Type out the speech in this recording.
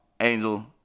Angel